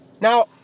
Now